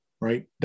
right